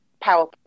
power